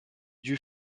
dut